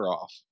off